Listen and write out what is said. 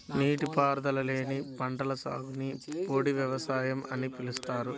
నీటిపారుదల లేని పంటల సాగుని పొడి వ్యవసాయం అని పిలుస్తారు